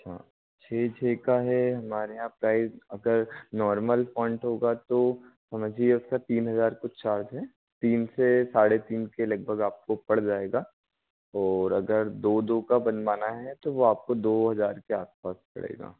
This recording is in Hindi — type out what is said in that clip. हाँ छ छ का है हमारे यहाँ प्राइज़ अगर नॉर्मल पॉइंट होगा तो समझिए उसका तीन हज़ार कुछ चार्ज है तीन से साढ़े तीन से लगभग आपको पड़ जाएगा और अगर दौ दौ का बनवाना है तो वो आपको दौ हज़ार के आस पास पड़ेगा